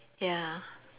ya